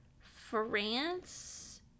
France